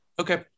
Okay